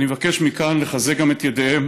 אני מבקש מכאן גם לחזק את ידיהם